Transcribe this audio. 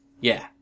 yeah